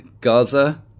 Gaza